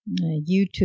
YouTube